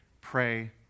pray